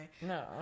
No